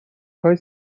خواید